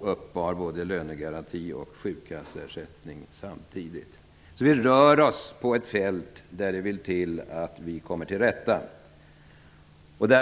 personer uppbar både lönegaranti och sjukkasseersättning samtidigt. Vi rör oss på ett fält där det vill till att vi kommer till rätta med problemen.